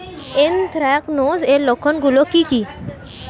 Anthracnose এর লক্ষণ গুলো কি কি?